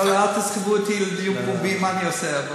תסחבו אותי לדיון פומבי מה אני עושה.